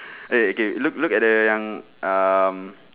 eh okay look look at the yang um